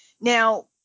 Now